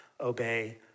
obey